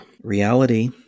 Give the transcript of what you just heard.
reality